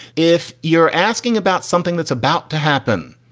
if you're asking about something that's about to happen,